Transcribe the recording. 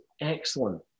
excellent